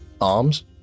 arms